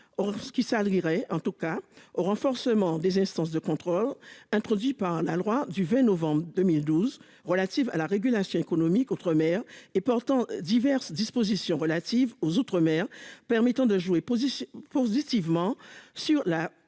ce qui ça en tout cas au renforcement des instances de contrôle introduit par la loi du 20 novembre 2012 relatives à la régulation économique outre-mer et portant diverses dispositions relatives aux outre-mer permettant de jouer poser positivement sur la